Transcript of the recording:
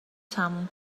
تموم